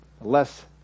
less